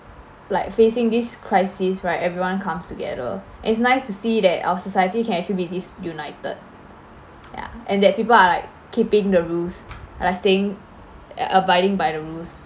like facing this crisis right everyone comes together it's nice to see that our society can actually be this united ya and that people are like keeping the rules like staying a~ abiding by the rules